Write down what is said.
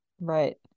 Right